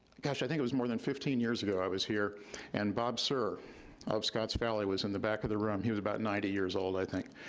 gosh, i think it was more than fifteen years ago, i was here and bob sir of scotts valley was in the back of the room. he was about ninety years old i think,